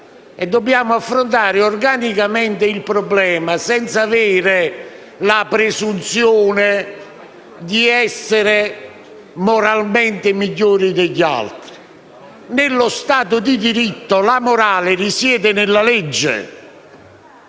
dobbiamo affrontare organicamente il problema senza avere la presunzione di essere moralmente migliori degli altri. Nello Stato di diritto la morale risiede nella legge